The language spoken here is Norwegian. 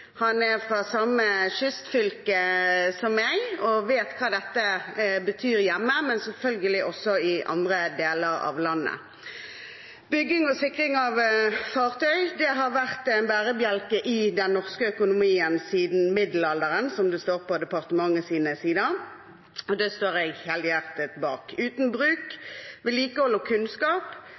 Han er fra det samme kystfylket som jeg og vet hva dette betyr hjemme, men selvfølgelig også i andre deler av landet. Bygging og sikring av fartøy har vært en bærebjelke i den norske økonomien siden middelalderen, som det står på departementets sider. Det står jeg helhjertet bak. Uten bruk, vedlikehold og kunnskap